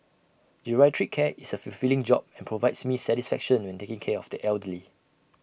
geriatric care is A fulfilling job and provides me satisfaction when taking care of the elderly